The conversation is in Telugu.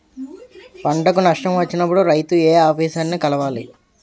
పంటకు నష్టం వచ్చినప్పుడు రైతు ఏ ఆఫీసర్ ని కలవాలి?